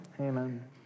Amen